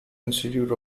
institute